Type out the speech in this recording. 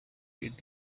great